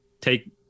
take